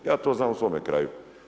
Ja to znam u svome kraju.